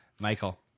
michael